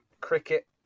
cricket